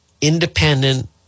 independent